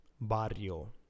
barrio